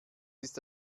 ist